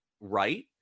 right